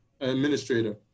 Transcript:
administrator